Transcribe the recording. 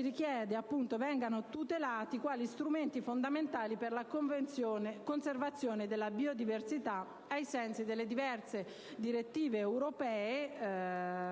richiede che essi vengano tutelati quali strumenti fondamentali per la conservazione della biodiversità, ai sensi delle diverse direttive europee